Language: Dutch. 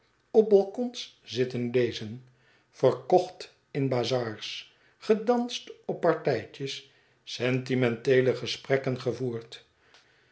op balcons zitten lezen verkocht in bazars gedanst op party tjes sentimenteele gesprekken gevoerd